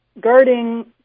guarding